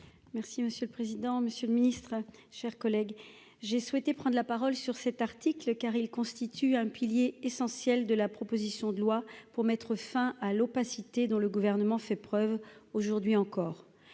Merci monsieur le président, Monsieur le Ministre, chers collègues, j'ai souhaité prendre la parole sur cet article car il constitue un pilier essentiel de la proposition de loi pour mettre fin à l'opacité dont le gouvernement fait preuve aujourd'hui encore,